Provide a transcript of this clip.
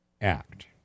act